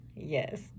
Yes